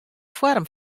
foarm